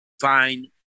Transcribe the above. fine